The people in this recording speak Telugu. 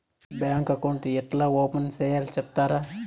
బ్యాంకు అకౌంట్ ఏ ఎట్లా ఓపెన్ సేయాలి సెప్తారా?